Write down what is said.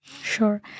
sure